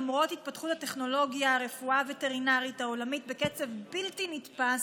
למרות התפתחות הטכנולוגיה והרפואה הווטרינרית העולמית בקצב בלתי נתפס,